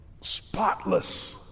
spotless